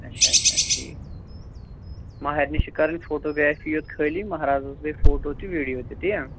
اَچھا اَچھا ٹھیٖک مَہرنہِ چھِ کَرٕنۍ فوٹوٗگرٛافی یوٚت خٲلی مہرازس گٔے فوٹوٗ تہٕ ویٖڈیو تہِ تی یا